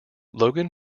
logan